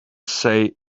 say